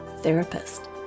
Therapist